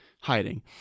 hiding